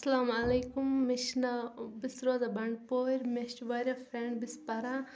اسلام وعلیکُم مےٚ چھِ ناو بہٕ چھِس روزان بنٛڈپورِ مےٚ چھ واریاہ فرٛٮ۪نٛڈ بہٕ چھِس پَران